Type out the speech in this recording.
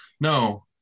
No